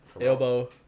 Elbow